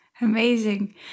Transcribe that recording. Amazing